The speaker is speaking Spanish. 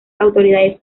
autoridades